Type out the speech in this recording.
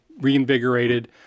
reinvigorated